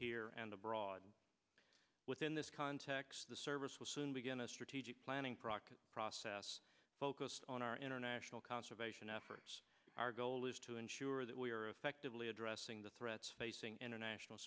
here and abroad within this context the service will soon begin a strategic planning proc process focused on our international conservation efforts our goal is to ensure that we are effectively addressing the threats facing international